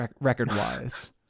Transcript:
record-wise